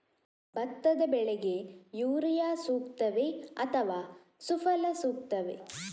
ಭತ್ತದ ಬೆಳೆಗೆ ಯೂರಿಯಾ ಸೂಕ್ತವೇ ಅಥವಾ ಸುಫಲ ಸೂಕ್ತವೇ?